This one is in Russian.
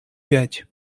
пять